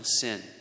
Sin